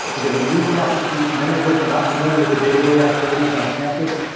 we get a new crop of students, many of which are not familiar with the day-to-day activities on campus.